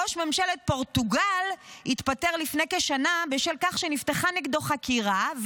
ראש ממשלת פורטוגל התפטר לפני כשנה בשל כך שנפתחה נגדו חקירה,